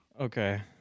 Okay